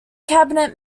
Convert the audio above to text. cabinet